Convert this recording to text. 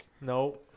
No